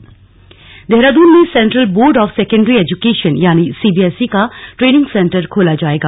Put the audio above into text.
training centre Dehradun में central board of secondary education यानि CBSE का ट्रेनिंग सेंटर खोला जाएगा